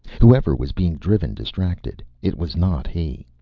whoever was being driven distracted, it was not he.